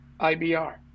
IBR